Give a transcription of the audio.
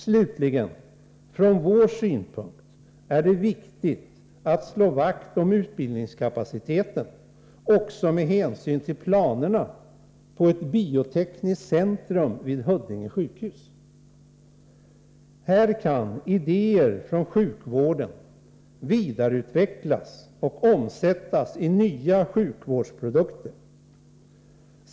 Slutligen: Från vår synpunkt är det viktigt att slå vakt om utbildningskapa citeten också med hänsyn till planerna på ett biotekniskt centrum vid Huddinge sjukhus. Här kan idéer från sjukvården vidareutvecklas och omsättas i nya sjukvårdsprodukter.